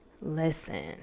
listen